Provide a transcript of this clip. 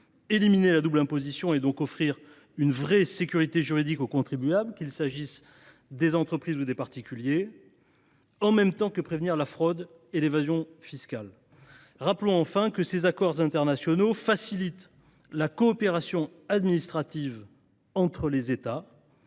éliminer la double imposition et donc offrir une véritable sécurité juridique au contribuable, qu’il s’agisse des entreprises ou des particuliers, en même temps que prévenir la fraude et l’évasion fiscales. Rappelons, enfin, que ces accords internationaux facilitent la coopération administrative entre les États